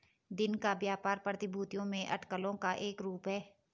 दिन का व्यापार प्रतिभूतियों में अटकलों का एक रूप है